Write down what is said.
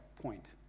point